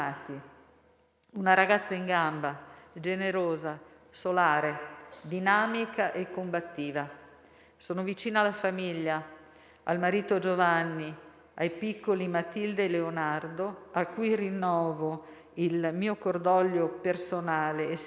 una ragazza in gamba, generosa, solare, dinamica e combattiva. Sono vicina alla famiglia, al marito Giovanni, ai piccoli Matilde e Leonardo, a cui rinnovo il mio cordoglio personale e sentimenti